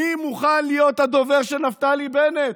מי מוכן להיות הדובר של נפתלי בנט?